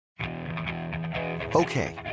Okay